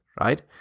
right